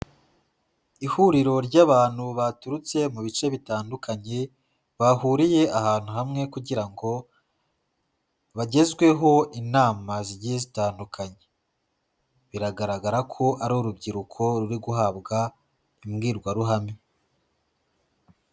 Ihuriro ry'abantu baturutse mu bice bitandukanye, bahuriye ahantu hamwe kugira ngo bagezweho inama zigiye zitandukanye, biragaragara ko ari urubyiruko ruri guhabwa imbwirwaruhame.